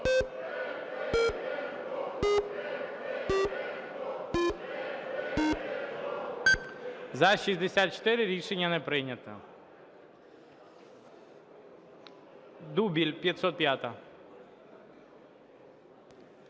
За-64 Рішення не прийнято. Дубіль, 505-а.